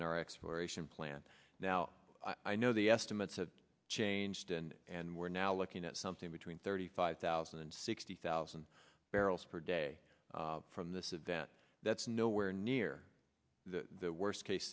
in our exploration plan now i know the estimates of changed and and we're now looking at something between thirty five thousand and sixty thousand barrels per day from this event that's nowhere near the worst case